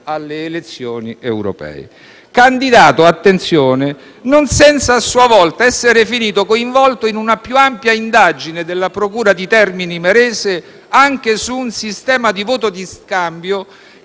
Attenzione perché è stato candidato non senza, a sua volta, essere finito coinvolto in una più ampia indagine della procura di Termini Imerese anche su un sistema di voto di scambio,